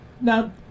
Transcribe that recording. Now